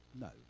no